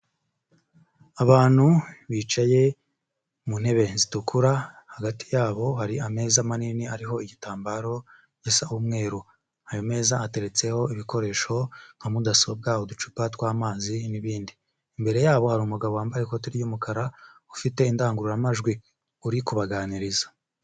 Abantu bicaye mu ntebe zitukura, hagati yabo hari ameza manini ariho igitambaro gisa umweru. Ayo meza ateretseho ibikoresho nka mudasobwa, uducupa tw'amazi n'ibindi. Imbere yabo, hari umugabo wambaye ikote ry'umukara, ufite indangururamajwi uri kubaganiriza.